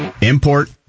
Import